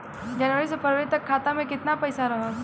जनवरी से फरवरी तक खाता में कितना पईसा रहल?